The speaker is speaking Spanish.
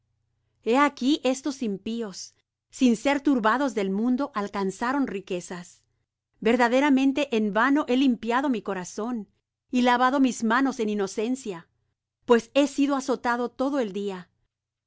he aquí estos impíos sin ser turbados del mundo alcanzaron riquezas verdaderamente en vano he limpiado mi corazón y lavado mis manos en inocencia pues he sido azotado todo el día